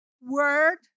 word